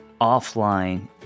offline